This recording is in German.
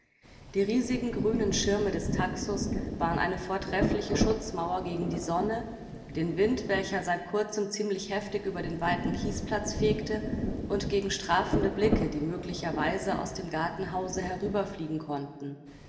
die riesigen grünen schirme des taxus waren eine vortreffliche schutzmauer gegen die sonne den wind welcher seit kurzem ziemlich heftig über den weiten kiesplatz fegte und gegen strafende blicke die möglicherweise aus dem gartenhause herüberfliegen konnten